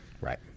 right